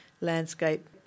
landscape